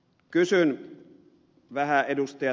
kysyn vähän ed